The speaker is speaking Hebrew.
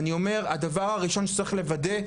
הדבר הראשון שצריכים לוודא,